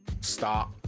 stop